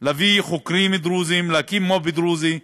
להביא חוקרים דרוזים, להקים מו"פ דרוזי.